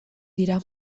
dira